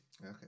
okay